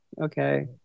okay